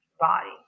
body